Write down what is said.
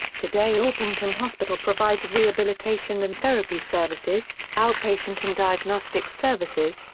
today orpington hospital provides rehabilitation and therapy services, outpatient and diagnostic services,